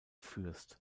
fürst